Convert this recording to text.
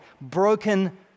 broken